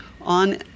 on